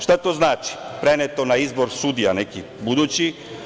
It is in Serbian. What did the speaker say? Šta to znači, preneto na izbor sudija, nekih budući?